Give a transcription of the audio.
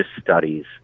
studies